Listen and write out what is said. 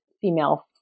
female